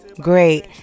Great